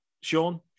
Sean